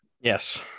yes